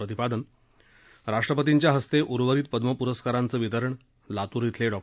प्रतिपादन राष्ट्रपर्तीच्या हस्ते उर्वरित पद्म पुरस्कारांचं वितरण लातूर इथले डॉ